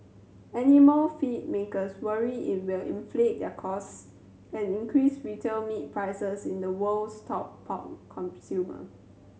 animal feed makers worry it will inflate their costs and increase retail meat prices in the world's top pork consumer